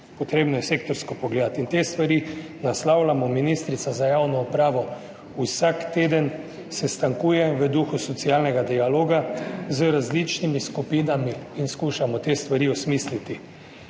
pogledati sektorsko in te stvari naslavljamo. Ministrica za javno upravo vsak teden sestankuje v duhu socialnega dialoga z različnimi skupinami in skušamo osmisliti